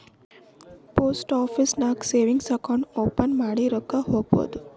post office ನಾಗ್ savings account open ಮಾಡಿ ರೊಕ್ಕಾ ಹಾಕ್ಬೋದ್